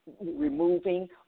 removing